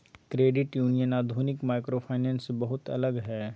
credit union आधुनिक microfinance से बहुते अलग हय